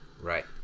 Right